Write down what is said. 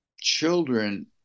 children